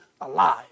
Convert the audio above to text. alive